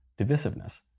divisiveness